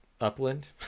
Upland